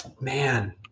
Man